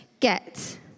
get